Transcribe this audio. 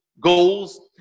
goals